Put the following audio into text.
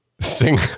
sing